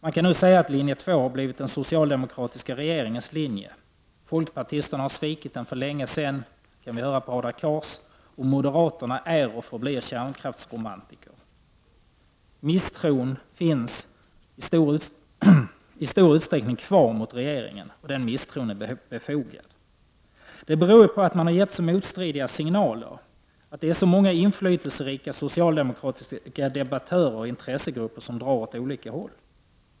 Man kan nog säga att linje 2 har blivit den socialdemokratiska regeringens linje. Folkpartisterna har svikit den för länge sedan — det kan vi höra av Hadar Cars inlägg — och moderaterna är och förblir kärnkraftsromantiker. Misstron mot regeringen finns i stor utsträckning kvar, och den är befogad. Denna misstro beror på att man gett så motstridiga signaler, att det är så många inflytelserika socialdemokratiska debattörer och intressegrupper som drar åt olika håll.